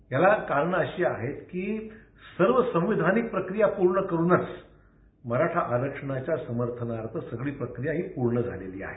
याला कारणं अशी आहेत की सर्व संवैधानिक प्रक्रिया पूर्ण करूनच मराठा आरक्षणाच्या समर्थनार्थ सगळी प्रक्रिया ही पूर्ण झालेली आहे